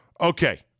Okay